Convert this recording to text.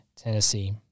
Tennessee